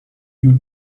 you